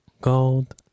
gold